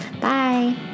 bye